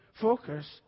focus